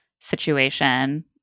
situation